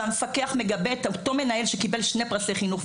והמפקח מגבה את אותו מנהל שקיבל שני פרסי חינוך,